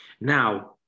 Now